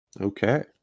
Okay